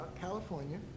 California